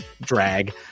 drag